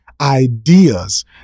ideas